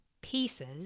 pieces